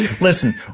Listen